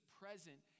present